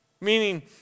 Meaning